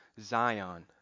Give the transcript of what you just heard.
Zion